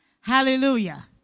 Hallelujah